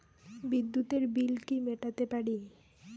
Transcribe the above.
বিদ্যুতের বিল কি মেটাতে পারি?